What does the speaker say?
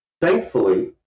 thankfully